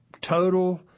total